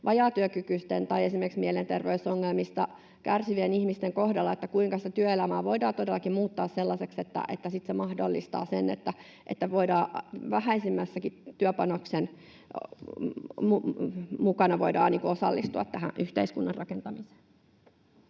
vajaatyökykyisten tai esimerkiksi mielenterveysongelmista kärsivien ihmisten kohdalla, kuinka sitä työelämää voidaan todellakin muuttaa sellaiseksi, että se mahdollistaa sen, että voidaan vähäisemmänkin työpanoksen kautta osallistua tähän yhteiskunnan rakentamiseen.